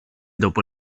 dopo